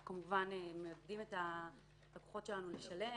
אנחנו כמובן מעודדים את הלקוחות שלנו לשלם,